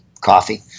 coffee